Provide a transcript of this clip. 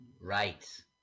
Right